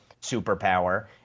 superpower